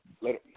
Later